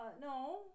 No